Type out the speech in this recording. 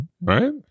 Right